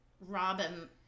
Robin